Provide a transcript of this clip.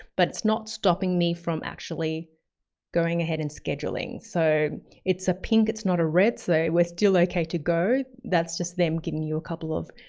but it's not stopping me from actually going ahead and scheduling. so it's a pink, it's not a red so we're still okay to go. that's just them giving you a couple of